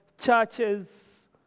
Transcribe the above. churches